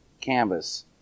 canvas